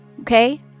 Okay